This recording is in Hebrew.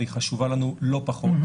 והיא חשובה לנו לא פחות,